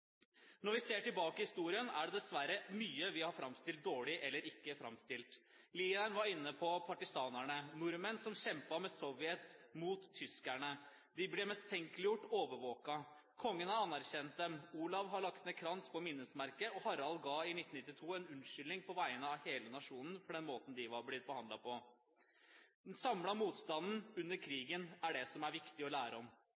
Når vi ser tilbake i historien, er det dessverre mye vi har framstilt dårlig, eller ikke framstilt. Lien var inne på partisanene, nordmenn som kjempet med Sovjet mot tyskerne. De ble mistenkeliggjort, overvåket. Kongen har anerkjent dem. Kong Olav la ned krans på minnesmerket, og kong Harald ga i 1992 en unnskyldning på vegne av hele nasjonen for måten de var blitt behandlet på. Den samlede motstanden under krigen er det som er viktig å lære om.